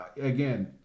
again